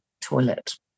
toilet